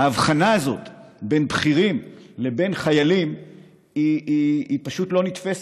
ההבחנה הזאת בין בכירים לבין חיילים פשוט לא נתפסת,